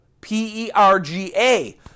P-E-R-G-A